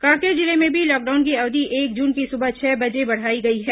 कांकेर जिले में भी लॉकडाउन की अवधि एक जून की सुबह छह बजे तक बढ़ाई गई है